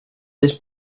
this